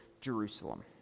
Jerusalem